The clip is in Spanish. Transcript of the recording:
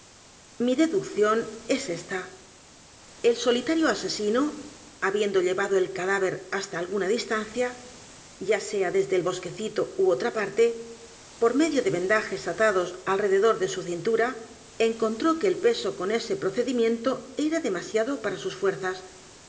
mi deducción es ésta el solitario asesino habiendo llevado el cadáver hasta alguna distancia ya sea desde el bosquecito ú otra parte por medio de vendajes atados alrededor de su cintura encontró que el peso con ese procedimiento era demasiado para sus fuerzas